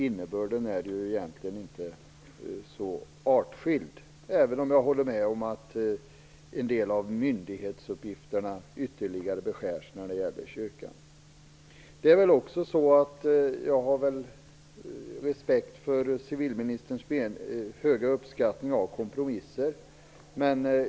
Innebörden är ungefär densamma, även jag håller med om att en del av myndighetsuppgifterna ytterligare beskärs när det gäller kyrkan. Jag har respekt för civilministerns höga uppskattning av kompromisser.